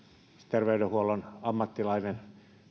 terveydenhuollon ammattilainen